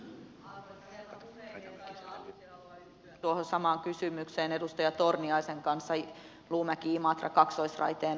aivan aluksi haluan yhtyä tuohon samaan kysymykseen edustaja torniaisen kanssa luumäkiimatra kaksoisraiteen osalta